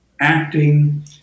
acting